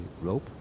rope